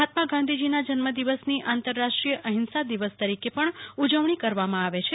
મહાત્મા ગાંધીજીનાં જન્મદિવસની આંતરરાષ્ટ્રીય અહિંસા દિવસ તરીકે પણ ઉજવણી કરવામાં આવે છે